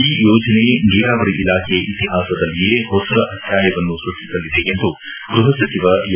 ಈ ಯೋಜನೆ ನೀರಾವರಿ ಇಲಾಖೆ ಇತಿಹಾಸದಲ್ಲಿಯೇ ಹೊಸ ಅಧ್ಯಾಯವನ್ನು ಸೃಷ್ಠಿಸಲಿದೆ ಎಂದು ಗೃಹ ಸಚಿವ ಎಂ